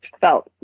felt